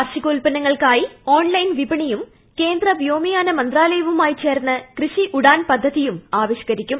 കാർഷികോൽപന്നങ്ങൾക്കായി online വിപണിയും കേന്ദ്ര വ്യോമയാന മന്ത്രാലയവുമായി ചേർന്ന് കൃഷി ഉഡാൻ പദ്ധതിയും ആവിഷ്കരിക്കും